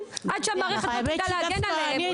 המערכת צריכה לדעת להגן עליהן.